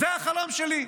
זה החלום שלי?